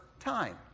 time